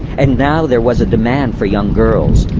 and now there was a demand for young girls-literally,